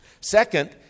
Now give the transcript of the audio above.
Second